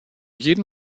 jeden